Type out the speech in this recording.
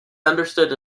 understood